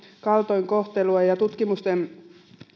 kaltoinkohtelua ja tutkimusten